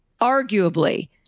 arguably